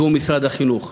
שהיא משרד החינוך.